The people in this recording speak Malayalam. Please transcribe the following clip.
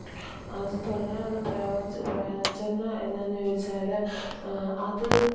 അത് തുടരാനുള്ള പ്രയോജനം എന്തെന്നു ചോദിച്ചാൽ അത്